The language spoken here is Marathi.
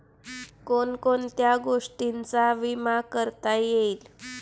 कोण कोणत्या गोष्टींचा विमा करता येईल?